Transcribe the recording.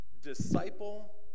disciple